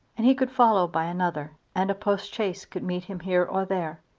and he could follow by another. and a postchaise could meet him here or there.